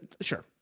Sure